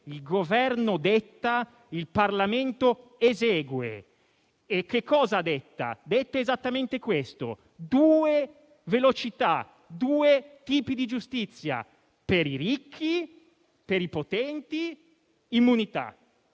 il Governo detta, il Parlamento esegue. E che cosa detta il Governo? Detta esattamente questo: due velocità, due tipi di giustizia. Per i ricchi e per i potenti, immunità